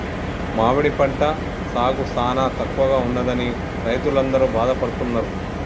మామిడి పంట సాగు సానా తక్కువగా ఉన్నదని రైతులందరూ బాధపడుతున్నారు